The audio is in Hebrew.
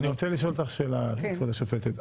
אני רוצה לשאול שאלה את כבוד השופטת.